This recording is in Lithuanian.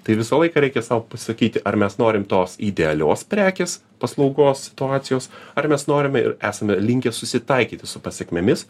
tai visą laiką reikia sau pasakyti ar mes norim tos idealios prekės paslaugos situacijos ar mes norime ir esame linkę susitaikyti su pasekmėmis